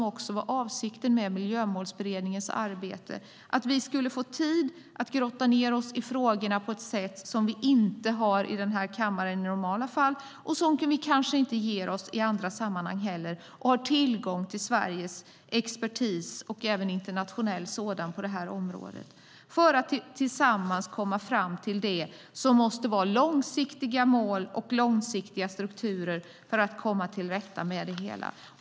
Men avsikten med Miljömålsberedningens arbete var väl att vi skulle få tid för att grotta ned oss i frågorna på ett sätt som vi normalt inte kan i denna kammare. Kanske ger vi oss inte heller i andra sammanhang den möjligheten. Dessutom har vi tillgång till svensk och även internationell expertis på området - detta för att tillsammans komma fram till det som måste vara långsiktiga mål och långsiktiga strukturer för att komma till rätta med det hela.